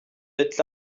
êtes